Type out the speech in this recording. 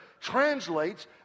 translates